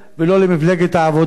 ולא למפלגת העבודה,